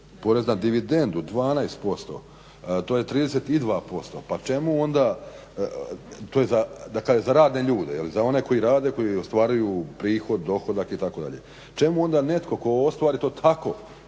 porez na dividendu 12% to je 32% pa čemu onda to je za radne ljude ili za one koji rade koji ostvaruju prihod, dohodak itd. Čemu onda netko tko ostvari to tako